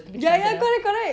ya ya correct correct